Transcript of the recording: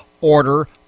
order